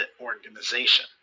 organization